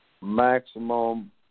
Maximum